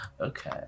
Okay